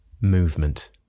Movement